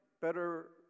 better